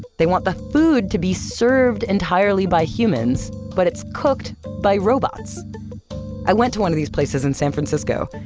they want the food to be served entirely by humans, but it's cooked by robots i went to one of these places in san francisco.